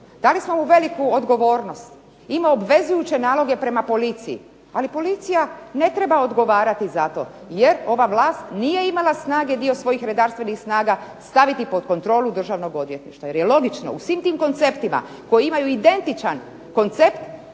Dali smo mu veliku odgovornost. Ima obvezujuće naloge prema policiji. Ali policija ne treba odgovarati za to, jer ova vlast nije imala snage dio svojih redarstvenih snaga staviti pod kontrolu državnog odvjetništva. Jer je logično u svim tim konceptima koji imaju identičan koncept